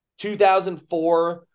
2004